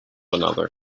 another